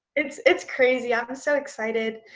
it's it's crazy. i'm so excited,